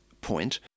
point